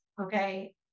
Okay